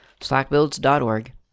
Slackbuilds.org